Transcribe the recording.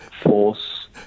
force